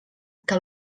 que